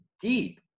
deep